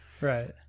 Right